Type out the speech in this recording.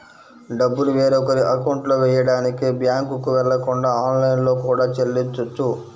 డబ్బుని వేరొకరి అకౌంట్లో వెయ్యడానికి బ్యేంకుకి వెళ్ళకుండా ఆన్లైన్లో కూడా చెల్లించొచ్చు